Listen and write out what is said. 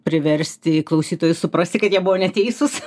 priversti klausytojus suprasti kad jie buvo neteisūs